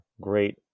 great